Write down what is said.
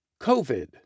COVID